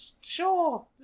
Sure